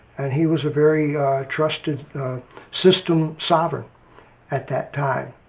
and he was a very trusted system sovereign at that time.